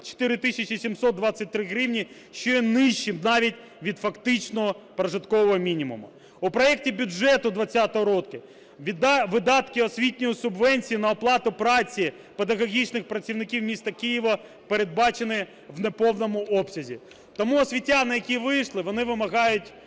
723 гривні, що є нижчим навіть від фактичного прожиткового мінімуму. У проекті бюджету 20-го року видатки освітньої субвенції на оплату праці педагогічних працівників міста Києва передбачені в неповному обсязі. Тому освітяни, які вийшли, вони вимагають